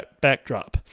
backdrop